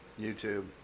YouTube